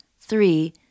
Three